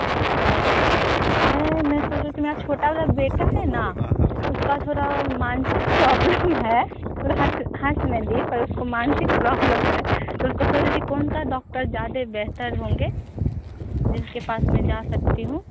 अच्छा मैं मैं सोच रही थी मेरा छोटा वाला बेटा है ना उसका थोड़ा मानसिक प्रॉब्लम है पर हँस हँस मैं दी पर उसको मानसिक प्रॉब्लम है तो उसको सोच रही थी कौन सा डॉक्टर ज़्यादा बेहतर होगा जिसके पास मैं जा सकती हूँ